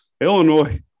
Illinois